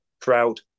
proud